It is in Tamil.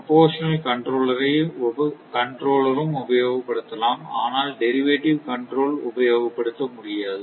ப்ரோபோர்சனல் கண்ட்ரோலர் ம் உபயோக படுத்தலாம் ஆனால் டெரிவேட்டிவ் கண்ட்ரோல் உபயோக படுத்த முடியாது